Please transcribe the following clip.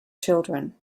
children